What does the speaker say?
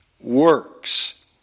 works